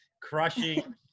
crushing